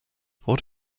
what